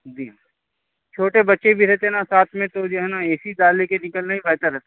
جی چھوٹے بچے بھی رہتے نا ساتھ میں تو جو ہے نا اے سی ڈال لے کے نکلنے فائدہ رہتا